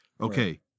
okay